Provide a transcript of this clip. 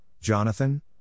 Jonathan